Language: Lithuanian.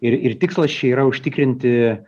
ir ir tikslas čia yra užtikrinti